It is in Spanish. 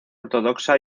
ortodoxa